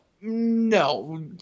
No